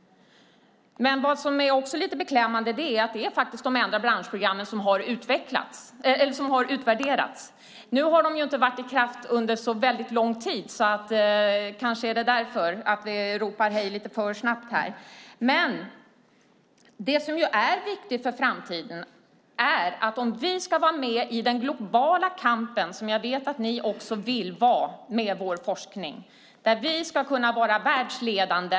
Men vad som är lite beklämmande är att de är de enda branschprogram som har utvärderats. De har ju inte varit i kraft under så lång tid, så det kan bero på det. Vi kanske ropar hej lite för snabbt. Men det viktiga för framtiden är att vi ska vara med i den globala kampen med vår forskning - vilket jag vet att ni också vill vara. Vi ska kunna vara världsledande.